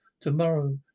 Tomorrow